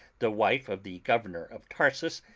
the wife of the governor of tarsus,